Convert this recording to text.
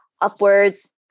upwards